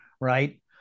right